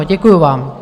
Děkuji vám.